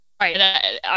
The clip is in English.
Right